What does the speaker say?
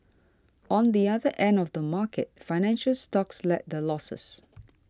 on the other end of the market financial stocks led the losses